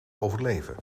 overleven